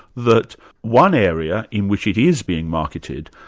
that one area in which it is being marketed,